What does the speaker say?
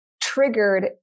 triggered